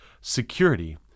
security